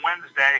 Wednesday